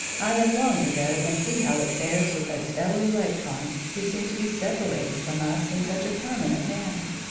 i have longed to go and see how it fares with those fellow-electrons who seem to be separated from us in such a permanent manner.